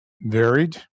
varied